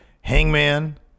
hangman